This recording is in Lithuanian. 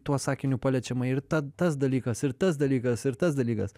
tuo sakiniu paliečiama ir ta tas dalykas ir tas dalykas ir tas dalykas